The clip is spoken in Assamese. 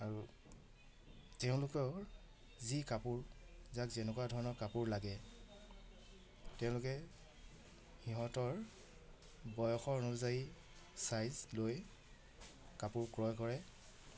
আৰু তেওঁলোকৰ যি কাপোৰ যাক যেনেকুৱা ধৰণৰ কাপোৰ লাগে তেওঁলোকে সিহঁতৰ বয়সৰ অনুযায়ী চাইজ লৈ কাপোৰ ক্ৰয় কৰে